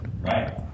Right